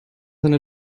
eine